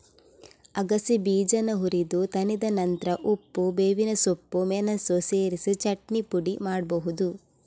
ಅಗಸೆ ಬೀಜಾನ ಹುರಿದು ತಣಿದ ನಂತ್ರ ಉಪ್ಪು, ಬೇವಿನ ಸೊಪ್ಪು, ಮೆಣಸು ಸೇರಿಸಿ ಚಟ್ನಿ ಪುಡಿ ಮಾಡ್ಬಹುದು